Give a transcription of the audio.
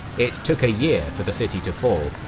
it took a year for the city to fall,